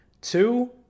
Two